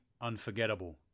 unforgettable